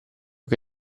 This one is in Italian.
che